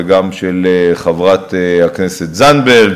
וגם של חברת הכנסת זנדברג,